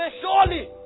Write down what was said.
surely